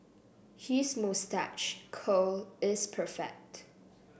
his moustache curl is perfect